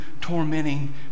tormenting